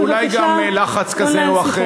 בבקשה לא לנהל שיחות.